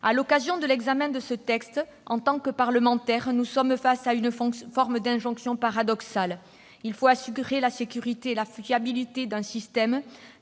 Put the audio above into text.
À l'occasion de l'examen de ce texte, en tant que parlementaires, nous sommes face à une forme d'injonction paradoxale : il faut assurer la sécurité et la fiabilité d'un système,